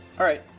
alright.